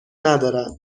ندارند